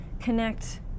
connect